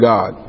God